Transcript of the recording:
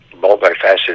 multifaceted